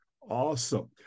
Awesome